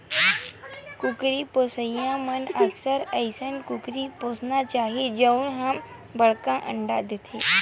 कुकरी पोसइ म अक्सर अइसन कुकरी के पोसना चाही जउन ह बड़का अंडा देथे